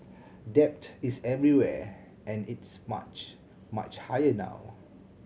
debt is everywhere and it's much much higher now